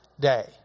day